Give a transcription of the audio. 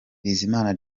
bizimana